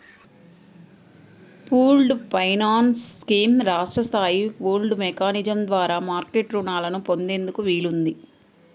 pooled finance scheme రాష్ట్ర స్థాయి pooled mechanism ద్వారా మార్కెట్ రుణాలను పొందేందుకు వీలుంది